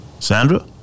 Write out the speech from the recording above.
Sandra